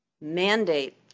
mandate